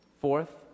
Fourth